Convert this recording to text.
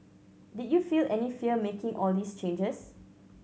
did you feel any fear making all these changes